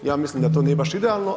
Ja mislim da to nije baš idealno.